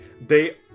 they-